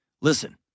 Listen